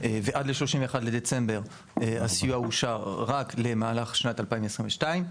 ועד ל-31 בדצמבר, הסיוע אושר רק למהלך שנת 2022,